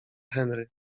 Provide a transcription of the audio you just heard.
henry